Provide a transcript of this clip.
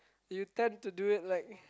you tend to do it like